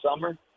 summer